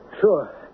Sure